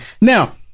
Now